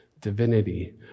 divinity